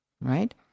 right